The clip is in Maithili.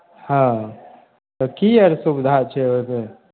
हँ तऽ की आर सुविधा छै ओहिमे